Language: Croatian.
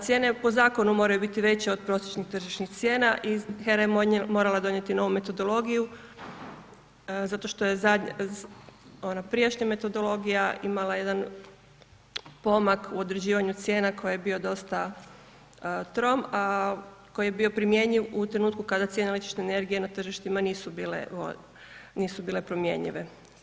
Cijene po zakonu moraju biti veće od prosječnih tržišnih cijena i HERA je morala donijeti novu metodologiju zato što je ona prijašnja metodologija imala jedan pomak u određivanju cijena koji je bio dosta trom, a koji je bio primjenjiv u trenutku kada cijena električne energije na tržištima nisu bile promjenljive.